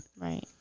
right